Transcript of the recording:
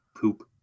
poop